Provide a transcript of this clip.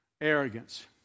arrogance